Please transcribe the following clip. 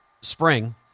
spring